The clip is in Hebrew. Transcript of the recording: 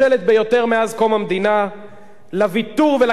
לוויתור ולכניעה ולהסכמה לחזור לקווי 1967?